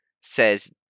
says